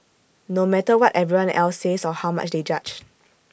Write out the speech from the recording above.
no matter what everyone else says or how much they judge